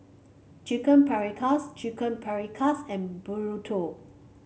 Chicken Paprikas Chicken Paprikas and Burrito